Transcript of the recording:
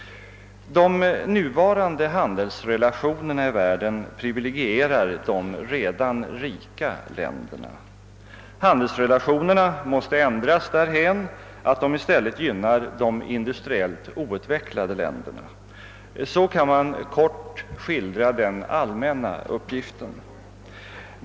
De nuvarande handelsrelationerna i världen privilegierar de redan rika länderna. Handelsrelationerna måste ändras därhän att de i stället gynnar de industriellt outvecklade länderna. Så kan man kort skildra den allmänna uppgiften.